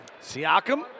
Siakam